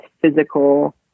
physical